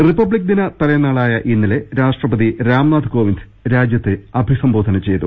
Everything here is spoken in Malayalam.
റിപ്പബ്ലിക്ദിന തലേന്നാളായ ഇന്നലെ രാഷ്ട്രപതി രാംനാഥ് കോവിന്ദ് രാജ്യത്തെ അഭിസംബോധനചെയ്തു